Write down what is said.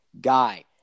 guy